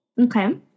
okay